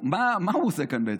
הציבור: מה הוא עושה כאן בעצם?